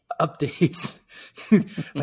updates